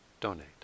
donate